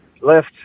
left